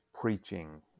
preaching